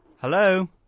Hello